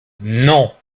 non